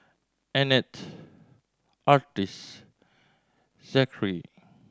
Annette Artis Zachery